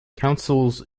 councils